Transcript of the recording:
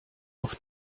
auf